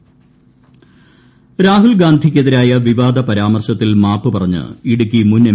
ജോയ്സ് ജോർജ് രാഹുൽ ഗാന്ധിക്കെതിരായ വിവാദ പരാമർശത്തിൽ മാപ്പ് പറഞ്ഞ് ഇടുക്കി മുൻ എം